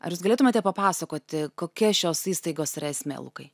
ar jūs galėtumėte papasakoti kokia šios įstaigos yra esmė lukai